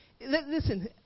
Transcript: listen